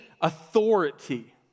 authority